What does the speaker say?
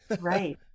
Right